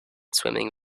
swimming